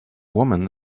woman